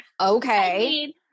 Okay